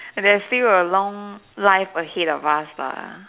and there's still a long life ahead of us lah